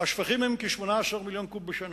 השפכים הם כ-18 מיליון קוב בשנה.